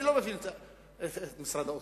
אני לא מבין את משרד האוצר.